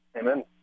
Amen